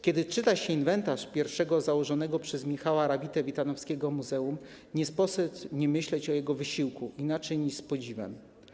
Kiedy czyta się inwentarz pierwszego, założonego przez Michała Rawitę-Witanowskiego muzeum, nie sposób nie myśleć o jego wysiłku inaczej niż z podziwem.